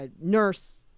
nurse